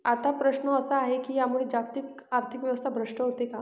आता प्रश्न असा आहे की यामुळे जागतिक आर्थिक व्यवस्था भ्रष्ट होते का?